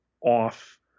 off